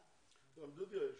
גם דודי היה שם.